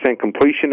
completion